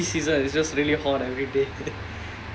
ya singapore near the equator only season it's just really hot everyday